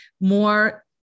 more